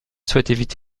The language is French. souhaite